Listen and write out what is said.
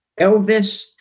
Elvis